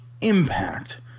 impact